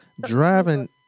Driving